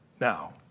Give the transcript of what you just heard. Now